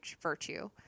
virtue